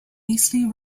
eastleigh